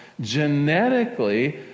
genetically